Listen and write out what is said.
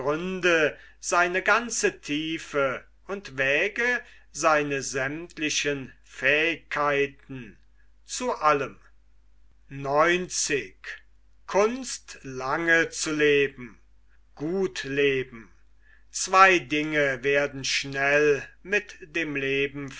seine ganze tiefe und wäge seine sämmtlichen fähigkeiten zu allem kunst lange zu leben gut leben zwei dinge werden schnell mit dem leben